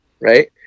right